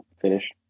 finish